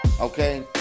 okay